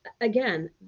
again